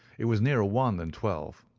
it was nearer one than twelve,